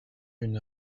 une